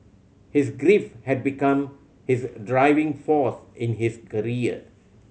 his grief had become his driving force in his career